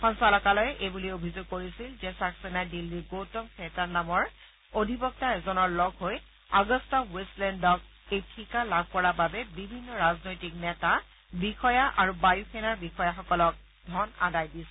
সঞ্চালকালয়ে এইবুলি অভিযোগ কৰিছিল যে ছাকেন্সাই দিল্লীৰ গৌতম খেইতান নামৰ অধিবক্তা এজনৰ লগ হৈ আগস্তা ৱেষ্টলেণ্ডক এই ঠিকা লাভ কৰাৰ বাবে বিভিন্ন ৰাজনৈতিক নেতা বিষয়া আৰু বায়ু সেনাৰ বিষয়াসকলক ধন আদায় দিছিল